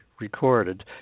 recorded